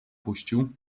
puścił